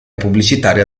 pubblicitaria